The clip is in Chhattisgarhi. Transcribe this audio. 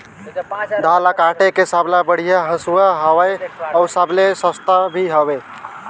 धान ल काटे के सबले बढ़िया हंसुवा हवये? अउ सबले सस्ता भी हवे?